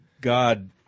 God